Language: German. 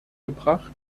gebracht